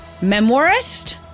memoirist